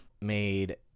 made